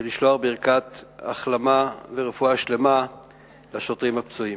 ולשלוח ברכת החלמה ורפואה שלמה לשוטרים הפצועים.